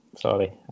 sorry